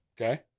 Okay